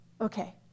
okay